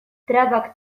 trabak